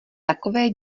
takové